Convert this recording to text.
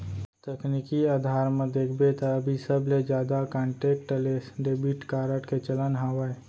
तकनीकी अधार म देखबे त अभी सबले जादा कांटेक्टलेस डेबिड कारड के चलन हावय